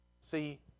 see